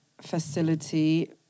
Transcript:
facility